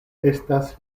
estas